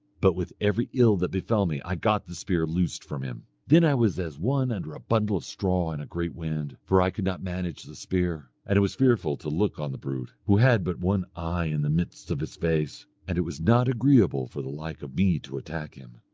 but with every ill that befell me i got the spear loosed from him. then i was as one under a bundle of straw in a great wind, for i could not manage the spear. and it was fearful to look on the brute, who had but one eye in the midst of his face and it was not agreeable for the like of me to attack him.